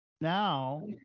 now